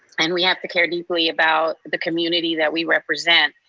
and we have to care deeply about the community that we represent.